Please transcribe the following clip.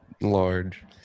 large